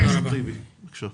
בבקשה.